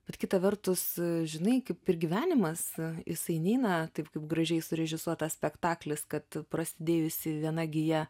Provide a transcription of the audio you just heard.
bet kita vertus žinai kaip ir gyvenimas jisai neina taip kaip gražiai surežisuotas spektaklis kad prasidėjusi viena gija